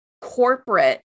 corporate